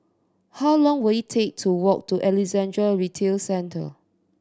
how long will it take to walk to Alexandra Retail Centre